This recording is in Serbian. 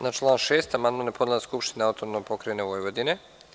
Na član 6. amandman je podnela Skupština Autonomne pokrajine Vojvodine.